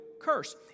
curse